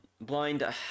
blind